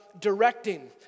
directing